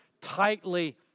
tightly